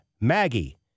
Maggie